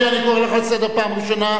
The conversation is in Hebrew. אני קורא אותך לסדר פעם ראשונה.